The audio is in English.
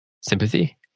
sympathy